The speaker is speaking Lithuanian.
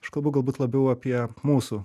aš kalbu galbūt labiau apie mūsų